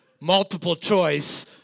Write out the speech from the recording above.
multiple-choice